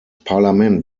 parlament